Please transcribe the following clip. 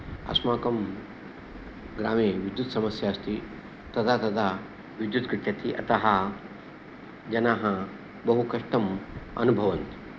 अस्माकं ग्रामे विद्युत् समस्या अस्ति तदा तदा विद्युत् गच्छति अतः जनाः बहु कष्टम् अनुभवन्ति